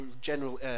general